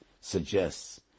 suggests